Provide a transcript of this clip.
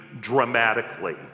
dramatically